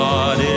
God